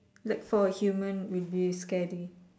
like for a human would be scary